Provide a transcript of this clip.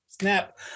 Snap